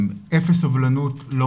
אפס סובלנות, לא